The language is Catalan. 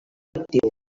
connectiu